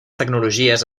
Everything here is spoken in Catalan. tecnologies